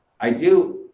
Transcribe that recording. i do,